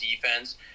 defense